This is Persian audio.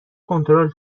کنترل